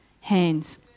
hands